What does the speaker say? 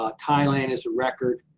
ah thailand is a record,